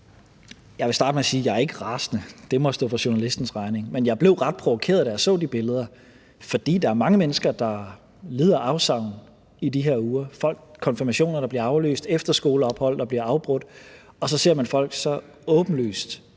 jeg ikke er rasende – det må stå for journalistens regning. Men jeg blev ret provokeret, da jeg så de billeder, fordi der er mange mennesker, der lider afsavn i de her uger; konfirmationer, der bliver aflyst, efterskoleophold, der bliver afbrudt. Og så ser man folk så åbenlyst